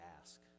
ask